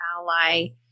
ally